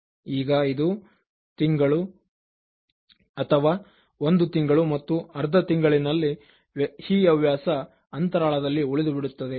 ಈಗ ಇದು ತಿಂಗಳು ಅಥವಾ ಒಂದು ತಿಂಗಳು ಮತ್ತು ಅರ್ಧ ತಿಂಗಳಲ್ಲಿ ಈ ಹವ್ಯಾಸ ಅಂತರಾಳದಲ್ಲಿ ಉಳಿದುಬಿಡುತ್ತದೆ